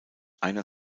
einer